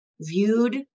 viewed